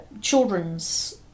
children's